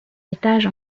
étage